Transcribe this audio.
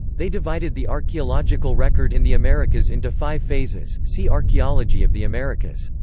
they divided the archaeological record in the americas into five phases see archaeology of the americas.